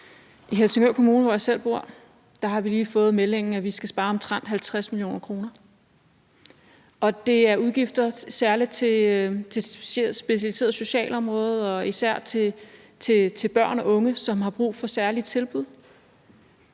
I Helsingør Kommune, hvor jeg selv bor, har vi lige fået meldingen, at vi skal spare omtrent 50 mio. kr., og det er udgifter særlig til det specialiserede socialområde og især til børn og unge, som har brug for særlige tilbud.